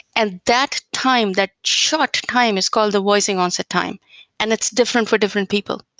and that time, that short time is called a voicing onset time and it's different for different people.